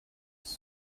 ist